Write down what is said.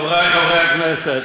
חברי חברי הכנסת,